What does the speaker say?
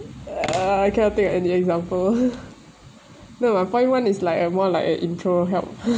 uh I can't think any example no my point one is like a more like a intro help